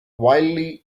wildly